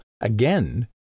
again